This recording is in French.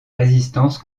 résistance